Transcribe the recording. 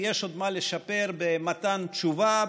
יש עוד מה לשפר במתן תשובה,